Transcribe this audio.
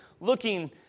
looking